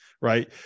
Right